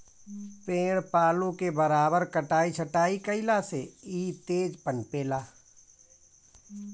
पेड़ पालो के बराबर कटाई छटाई कईला से इ तेज पनपे ला